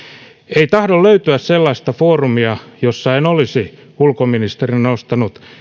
ei tahdo löytyä sellaista foorumia jolla en olisi ulkoministerinä nostanut